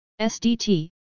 SDT